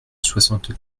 soixante